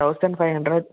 thousand five hundred